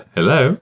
Hello